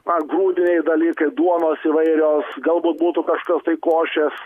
na grūdiniai dalykai duonos įvairios galbūt būtų kažkios tai košės